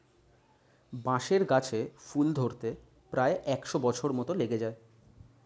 বাঁশের গাছে ফুল ধরতে প্রায় একশ বছর মত লেগে যায়